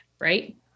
right